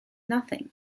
nothing